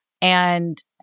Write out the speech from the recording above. and-